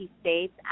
states